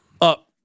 up